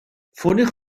ffoniwch